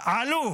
עלו